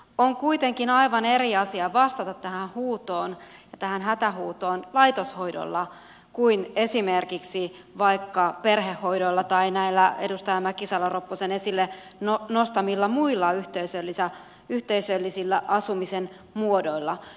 on kuitenkin aivan eri asia vastata tähän huutoon tähän hätähuutoon laitoshoidolla kuin esimerkiksi vaikka perhehoidoilla tai näillä edustaja mäkisalo ropposen esille nostamilla muilla yhteisöllisillä asumisen muodoilla